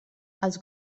els